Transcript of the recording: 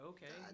Okay